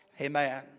Amen